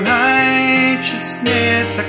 righteousness